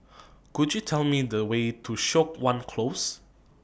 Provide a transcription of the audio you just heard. Could YOU Tell Me The Way to Siok Wan Close